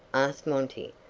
asked monty,